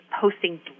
posting